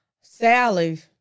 Sally